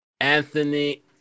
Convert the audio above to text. Anthony